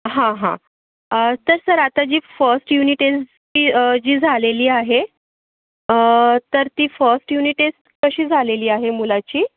हा हा तर सर आता जी फर्स्ट युनिट टेस्ट जी जी झालेली आहे तर ती फर्स्ट युनिट टेस्ट कशी झालेली आहे मुलाची